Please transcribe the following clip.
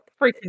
freaking